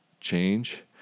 change